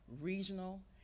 regional